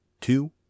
two